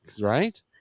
Right